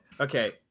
Okay